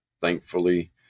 thankfully